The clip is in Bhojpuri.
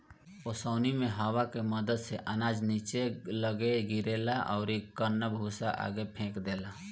ओसौनी मे हवा के मदद से अनाज निचे लग्गे गिरेला अउरी कन्ना भूसा आगे फेंक देला